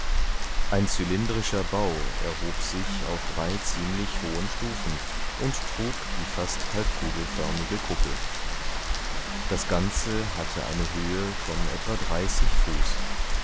ein zylindrischer bau erhob sich auf drei ziemlich hohen stufen und trug die fast halbkugelförmige kuppel das ganze hatte eine höhe von etwa dreißig fuß